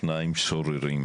סיבותיו שלו.